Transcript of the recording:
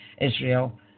Israel